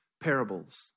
parables